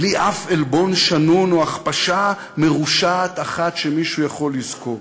בלי אף עלבון שנון או הכפשה מרושעת אחת שמישהו יכול לזכור.